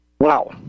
Wow